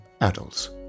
adults